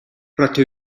rydw